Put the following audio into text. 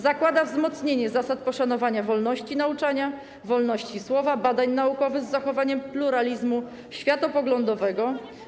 Zakłada wzmocnienie zasad poszanowania wolności nauczania, wolności słowa, badań naukowych z zachowaniem pluralizmu światopoglądowego.